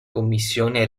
commissione